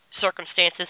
circumstances